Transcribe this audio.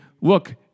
look